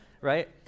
Right